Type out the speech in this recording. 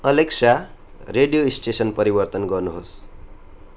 Alexa radio station परिवर्तन गर्नुहोस्